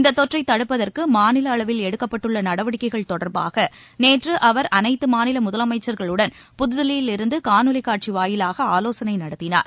இந்த தொற்றைத் தடுப்பதற்கு மாநில அளவில் எடுக்கப்பட்டுள்ள நடவடிக்கைகள் தொடர்பாக நேற்று அவர் அனைத்து மாநில முதலமைச்சர்களுடன் புதுதில்லியிலிருந்து காணொலிக் காட்சி வாயிலாக ஆலோசனை நடத்தினார்